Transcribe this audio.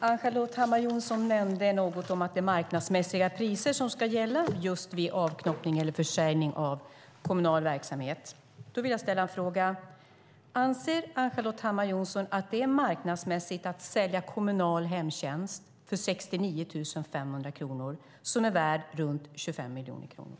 Ann-Charlotte Hammar Johnsson nämnde något om att det är marknadsmässiga priser som ska gälla just vid avknoppning eller försäljning av kommunal verksamhet. Då vill jag fråga: Anser Ann-Charlotte Hammar Johnsson att det är marknadsmässigt att sälja kommunal hemtjänst för 69 500 kronor som är värd runt 25 miljoner kronor?